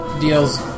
deals